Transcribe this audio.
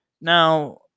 Now